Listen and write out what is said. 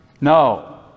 No